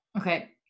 Okay